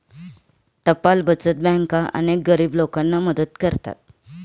टपाल बचत बँका अनेक गरीब लोकांना मदत करतात